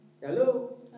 Hello